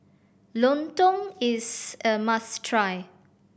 lontong is a must try